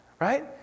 Right